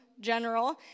general